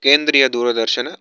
केन्द्रियदूरदर्शन